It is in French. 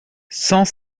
cent